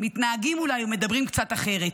שמתנהגים אולי ומדברים קצת אחרת.